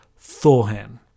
Thorhan